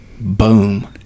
boom